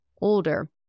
older